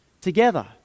together